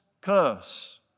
curse